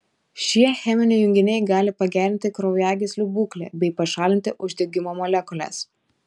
šie cheminiai junginiai gali pagerinti kraujagyslių būklę bei pašalinti uždegimo molekules